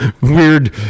weird